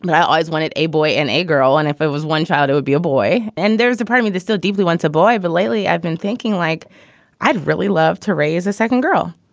but i always wanted a boy and a girl. and if i was one child it would be a boy. and there's a part of me that still deeply wants a boy. but lately i've been thinking like i'd really love to raise a second girl.